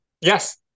Yes